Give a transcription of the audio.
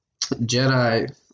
Jedi